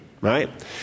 Right